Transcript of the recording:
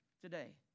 today